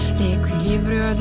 l'equilibrio